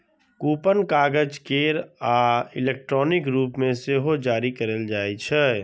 coupon कागज केर आ इलेक्ट्रॉनिक रूप मे सेहो जारी कैल जाइ छै